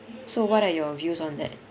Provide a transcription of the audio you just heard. so what are your views on that